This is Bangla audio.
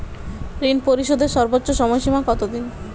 ঋণ পরিশোধের সর্বোচ্চ সময় সীমা কত দিন?